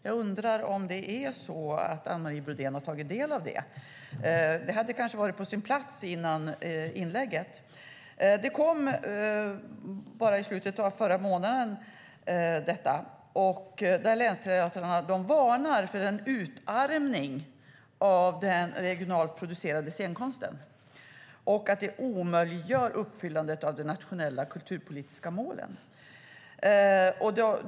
Jag undrar om Anne Marie Brodén har tagit del av det. Det hade kanske varit på sin plats före inlägget. Pressmeddelandet kom i slutet av förra månaden. Länsteatrarna varnar för en utarmning av den regionalt producerade scenkonsten och skriver att det omöjliggör uppfyllandet av de nationella kulturpolitiska målen.